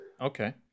okay